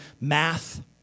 math